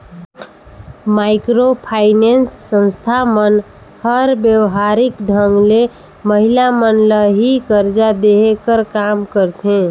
micro finance संस्था मन हर बेवहारिक ढंग ले महिला मन ल ही करजा देहे कर काम करथे